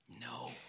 No